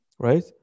Right